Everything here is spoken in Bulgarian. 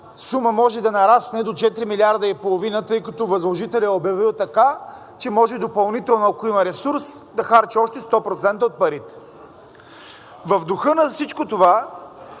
може да нарасне до 4 милиарда и половина, тъй като възложителят е обявил така, че може допълнително, ако има ресурс, да харчи още 100% от парите. В духа на всичко това